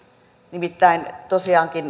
nimittäin tosiaan